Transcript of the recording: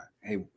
Hey